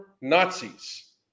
Nazis